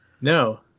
No